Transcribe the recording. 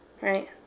right